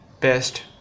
best